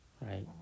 right